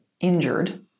injured